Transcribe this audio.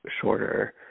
shorter